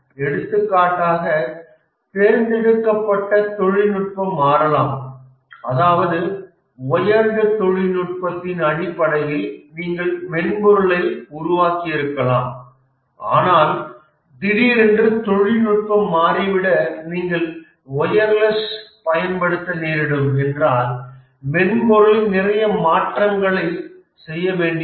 எடுத்துக்காட்டாக தேர்ந்தெடுக்கப்பட்ட தொழில்நுட்பம் மாறலாம் அதாவது ஒயர்ட் தொழில்நுட்பத்தின் அடிப்படையில் நீங்கள் மென்பொருளை உருவாக்கியிருக்கலாம் ஆனால் திடீரென்று தொழில்நுட்பம் மாறிவிட நீங்கள் வயர்லெஸ் பயன்படுத்த வேண்டும் என்றால் மென்பொருளில் நிறைய மாற்றங்களை செய்ய வேண்டி வரும்